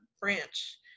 branch